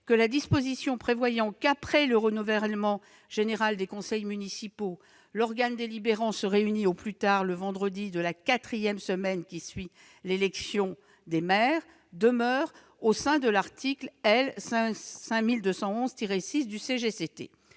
que la disposition prévoyant que, « après le renouvellement général des conseils municipaux, l'organe délibérant se réunit au plus tard le vendredi de la quatrième semaine qui suit l'élection des maires » demeure au sein de l'article L. 5211-6 du CGCT.